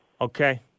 Okay